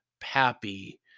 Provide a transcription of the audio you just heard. Pappy